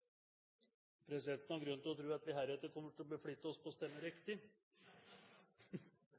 Presidenten har grunn til å tro at vi heretter kommer til å beflitte oss på å stemme riktig.